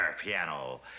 piano